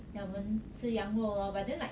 then 我们吃羊肉 lor but then like